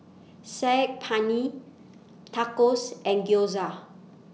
Saag Paneer Tacos and Gyoza